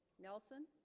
nelson